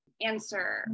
answer